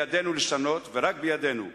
בידינו לשנות, ורק בידינו.